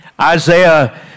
Isaiah